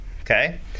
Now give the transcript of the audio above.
okay